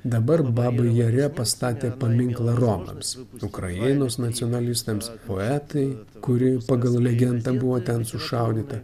dabar babi jare pastatė paminklą romams ukrainos nacionalistams poetei kuri pagal legendą buvo ten sušaudyta